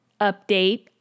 update